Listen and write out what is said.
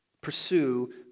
Pursue